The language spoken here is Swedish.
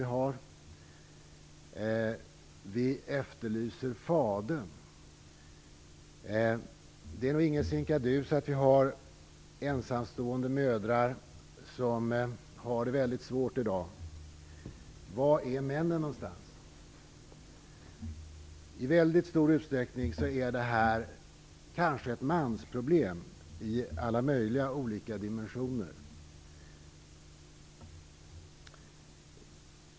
Vi efterlyser fadern! Det är nog ingen sinkadus att ensamstående mödrar i dag har det väldigt svårt. Var finns männen? I väldigt stor utsträckning är det här kanske ett mansproblem i alla möjliga dimensioner.